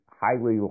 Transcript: highly